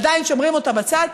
עדיין שומרים אותה בצד,